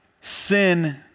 Sin